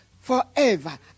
forever